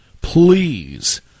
Please